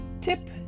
Tip